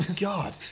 God